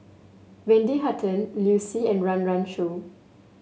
Wendy Hutton Liu Si and Run Run Shaw